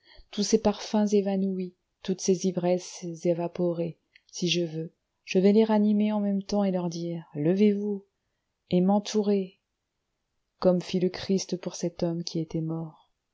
tous ces parfums évanouis toutes ces ivresses évaporées si je veux je vais les ranimer en même temps et leur dire levez-vous et m'entourez comme fit le christ pour cet homme qui était mort